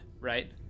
right